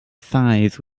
thighs